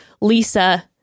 Lisa